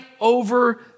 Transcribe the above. over